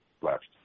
left